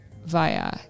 via